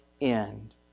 end